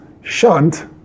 shunt